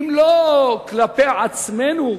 אם לא כלפי עצמנו,